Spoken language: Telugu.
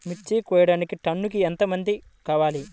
మిర్చి కోయడానికి టన్నుకి ఎంత మంది కావాలి?